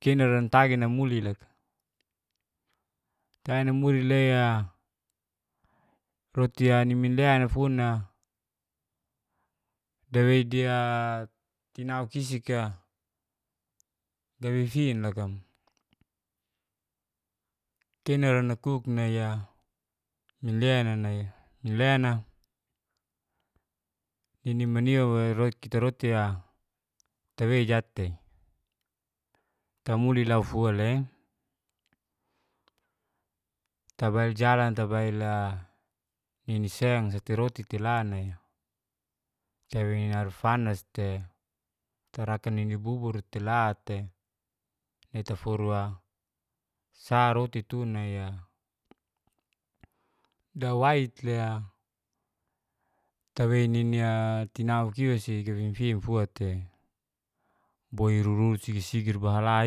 Kenara natagi namuli loka, tagi namuli le'a roti'a niminle'a nafun'a dawei dia tinaukisika gawefin loka mo. Kena ranakuk nai'a minleana nai'a minleana ninimani'a kita roti'a tawei jat'te. Tamuli laufua'le tabail jalan, tabail'a niniseng sa tei roti'te la nai kaweniarfanas'te tarakani'ni bubur tela'tei netaforua sa roti tu nai'a. Dawaitlea tawei nini'a tinauk iwasi gafin-finfua tei, boi rurusi sigir bahala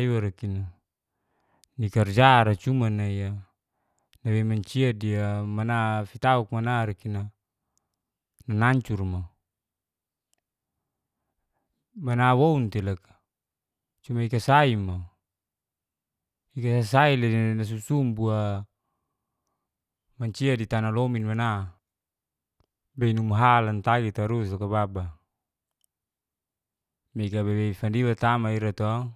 iwarikin' nikarjara cuma nai'a dawe mancia dia mana fitauk manarikina nanancur mo, manawoun tei loka. Cuma ikasai mo, ikasasai nasusum bua mancia ditanalomin mana benumha lantagi tarus loka baba. Mega bebei fandiwa tama ira to